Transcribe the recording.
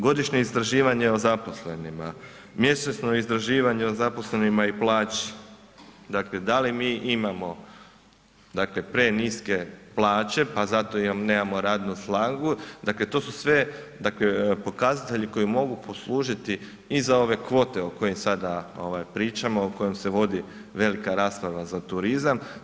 Godišnje istraživanje o zaposlenima, mjesečno istraživanje o zaposlenima i plaći, dakle da li mi imamo dakle preniske plaće pa zato nemamo radnu snagu, dakle to su sve dakle pokazatelji koji mogu poslužiti i za ove kvote o kojim sada pričamo, o kojim se vodi velika rasprava za turizam.